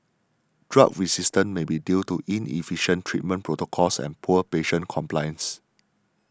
drug resistance may be due to inefficient treatment protocols and poor patient compliance